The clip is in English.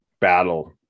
battle